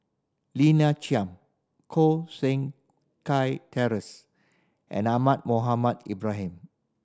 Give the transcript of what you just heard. Lina Chiam Koh Seng Kiat Terence and Ahmad Mohamed Ibrahim